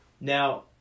Now